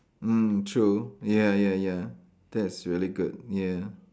mm true ya ya ya that's really good ya